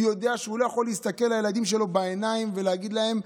הוא יודע שהוא לא יכול להסתכל לילדים שלו בעיניים ולהגיד להם,